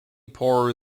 poorer